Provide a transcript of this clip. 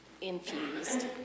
infused